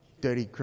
dirty